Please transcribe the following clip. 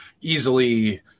easily